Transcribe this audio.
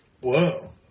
Whoa